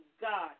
God